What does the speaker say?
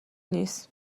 نیست